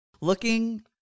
Looking